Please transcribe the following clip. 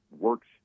works